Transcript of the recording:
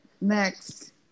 Next